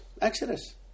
Exodus